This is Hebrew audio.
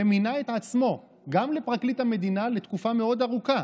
ומינה את עצמו גם לפרקליט המדינה לתקופה מאוד ארוכה.